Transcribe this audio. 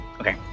Okay